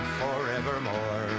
forevermore